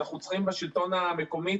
אנחנו צריכים בשלטון המקומי